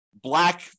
black